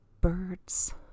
birds